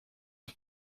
est